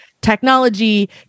technology